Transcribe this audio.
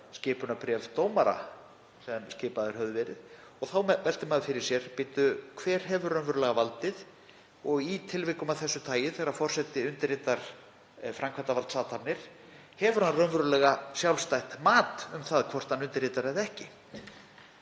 skipunarbréf dómara sem skipaðir höfðu verið. Og þá veltir maður fyrir sér: Bíddu, hver hefur raunverulega valdið? Og í tilvikum af þessu tagi þegar forseti undirritar framkvæmdarvaldsathafnir, hefur hann raunverulega sjálfstætt mat um það hvort hann undirritar eða ekki?